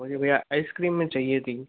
बोलिए भय्या आइसक्रीम में चाहिए थी